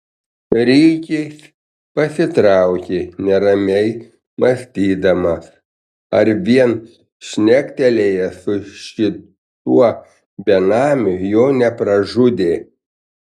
rikis pasitraukė neramiai mąstydamas ar vien šnektelėjęs su šituo benamiu jo nepražudė